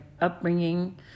upbringing